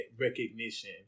recognition